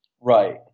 Right